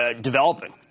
developing